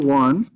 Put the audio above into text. one